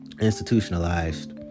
institutionalized